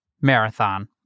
marathon